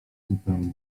zupełnie